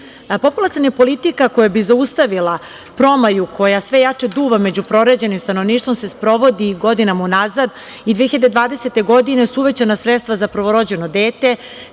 politika koja bi zaustavila promaju koja sve jače duva među proređenim stanovništvom se sprovodi i godinama unazad i 2020. godine su uvećana sredstva za prvorođeno dete